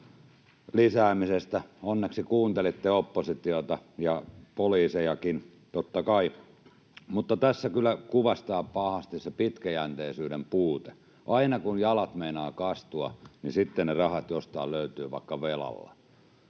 lisäämisestä — onneksi kuuntelitte oppositiota, ja poliisejakin totta kai — mutta tässä kyllä kuvastuu pahasti se pitkäjänteisyyden puute. Aina, kun jalat meinaavat kastua, sitten ne rahat jostain löytyvät vaikka velalla.